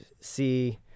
see